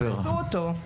תתפסו אותו.